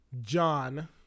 John